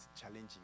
challenging